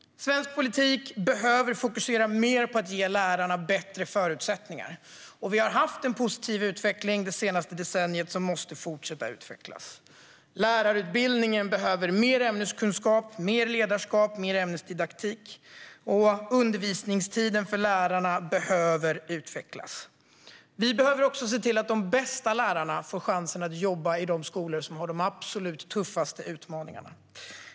Svensk politik behöver fokusera mer på att ge lärarna bättre förutsättningar. Vi har haft en positiv utveckling det senaste decenniet, som måste fortsätta. Lärarutbildningen behöver innehålla mer ämneskunskap, mer ledarskap och mer ämnesdidaktik, och undervisningstiden för lärarna behöver öka. Vi behöver också se till att de bästa lärarna får chansen att jobba i de skolor som har de absolut tuffaste utmaningarna.